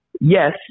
Yes